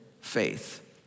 faith